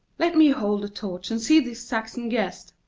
let me hold the torch and see this saxon guest.